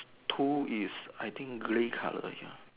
two is I think grey colour ya